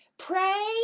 Pray